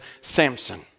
Samson